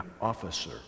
officer